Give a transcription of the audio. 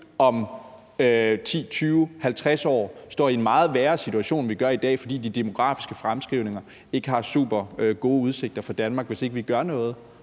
om 10, 20, 50 år står i en meget værre situation, end vi gør i dag. For de demografiske fremskrivninger viser ikke supergode udsigter for Danmark, hvis ikke vi gør noget